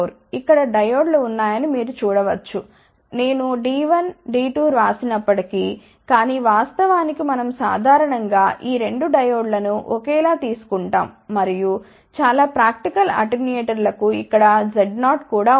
ఇక్కడ డయోడ్ లు ఉన్నాయని మీరు చూడవచ్చు నేను D1D2 వ్రాసినప్పటికీ కాని వాస్తవానికి మనం సాధారణం గా ఈ 2 డయోడ్లను ఒకేలా తీసుకుంటాం మరియు చాలా ప్రాక్టికల్ అటెన్యూయేటర్లకు ఇక్కడ Z0 కూడా ఉండదు